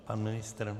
Pan ministr?